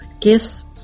gifts